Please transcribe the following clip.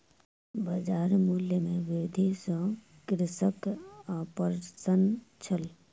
बजार मूल्य में वृद्धि सॅ कृषक अप्रसन्न छल